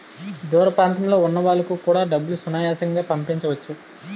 దూర ప్రాంతంలో ఉన్న వాళ్లకు కూడా డబ్బులు సునాయాసంగా పంపించవచ్చు